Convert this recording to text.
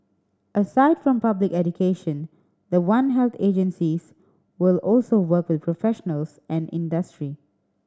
aside from public education the One Health agencies will also work with professionals and industry